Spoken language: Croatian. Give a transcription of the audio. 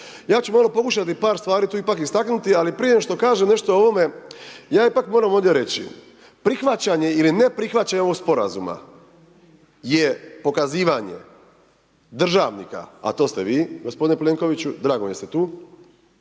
Ja ću malo pokušati par stvari tu ipak istaknuti ali prije nego što kažem nešto o ovome, ja ipak moram ovdje reći, prihvaćanje ili neprihvaćanje ovog Sporazuma je pokazivanje državnika, a to ste vi gospodine Plenkoviću, drago mi je da ste tu,